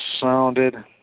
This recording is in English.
sounded